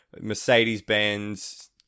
Mercedes-Benz